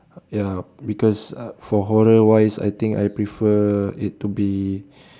ya because uh for horror wise I think I prefer it to be